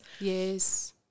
Yes